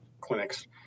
clinics